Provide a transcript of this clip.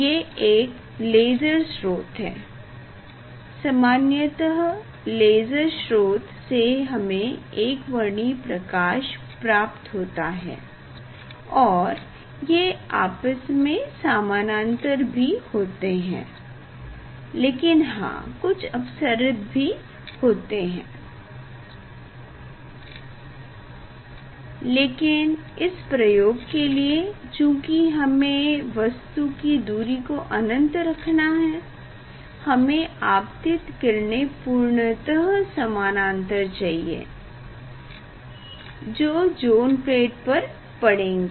ये एक लेसर स्रोत है सामान्यतः लेसर स्रोत से हमें एकवर्णी प्रकाश प्राप्त होता है और ये आपस में समानांतर भी होते हैं लेकिन हाँ कुछ अपसरित भी होता है लेकिन इस प्रयोग के लिए चूंकि हमें वस्तु कि दूरी को अनंत रखना है हमें आपतित किरणें पूर्णतः समानांतर चाहिए जो ज़ोन प्लेट पर पड़ेंगी